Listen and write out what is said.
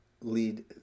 lead